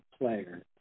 player